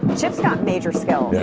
chip's got major skills.